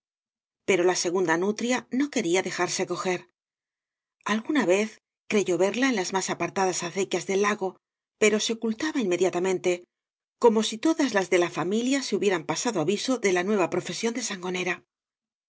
pero la segunda nutria no quería dejarse coger alguna vez creyó verla en las más apartadas acequias del lago pero se ocultaba inmediatamente como si todas las de la familia se hubieran pasado aviso de la nueva profesión de sangonera